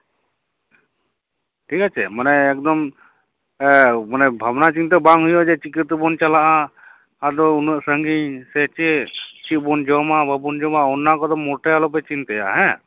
ᱴᱷᱤᱠ ᱟᱪᱪᱷᱮ ᱢᱟᱱᱮ ᱮᱠᱫᱚᱢ ᱮᱸᱜ ᱢᱟᱱᱮ ᱵᱷᱟᱵᱱᱟ ᱪᱤᱱᱛᱟᱹ ᱵᱟᱝ ᱦᱩᱭᱩᱜᱼᱟ ᱡᱮ ᱪᱤᱠᱟᱹᱛᱮᱵᱚᱱ ᱪᱟᱞᱟᱜᱼᱟ ᱟᱫᱚ ᱩᱱᱟᱹᱜ ᱥᱟᱺᱜᱤᱧ ᱥᱮ ᱪᱮᱫ ᱪᱮᱫ ᱵᱚᱱ ᱡᱚᱢᱟ ᱵᱟᱵᱚᱱ ᱡᱚᱢᱟ ᱚᱱᱟ ᱠᱚᱫᱚ ᱢᱚᱴᱷᱮ ᱟᱞᱚᱯᱮ ᱪᱤᱱᱛᱟᱹᱭᱟ ᱦᱮᱸ